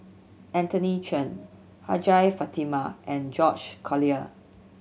Anthony Chen Hajjah Fatimah and George Collyer